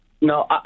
No